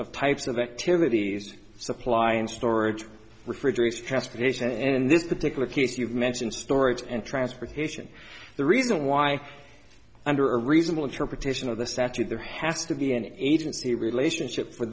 of types of activities supply in storage refrigerators transportation and in this particular case you've mentioned storage and transportation the reason why under a reasonable interpretation of the statute there has to be an agency relationship for